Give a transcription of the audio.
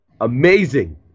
Amazing